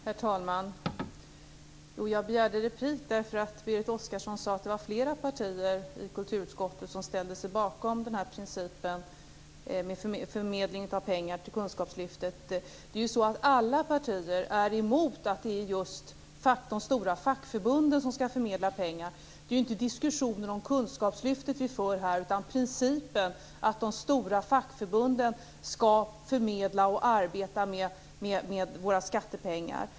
Herr talman! Jag begärde replik därför att Berit Oscarsson sade att det är flera partier i kulturutskottet som har ställt sig bakom principen att förmedla pengar till kunskapslyftet. Det är ju så att alla partier är emot att det är just de stora fackförbunden som skall förmedla pengar. Det är ju inte diskussioner om kunskapslyftet som vi för här, utan det är principen att de stora fackförbunden skall förmedla och arbeta med våra skattepengar.